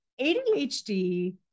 ADHD